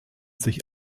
sich